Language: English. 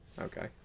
Okay